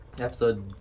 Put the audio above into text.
episode